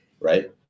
right